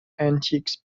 antiques